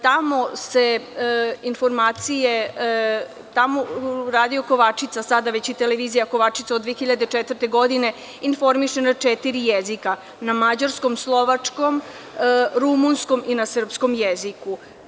Tamo se informacije, Radio „Kovačica“, sada već i televizija „Kovačica“ od 2004. godine informiše na četiri jezika, na mađarskom, slovačkom, rumunskom i na srpskom jeziku.